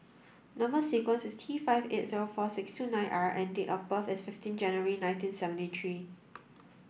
number sequence is T five eight zero four six two nine R and date of birth is fifteen January nineteen seventy three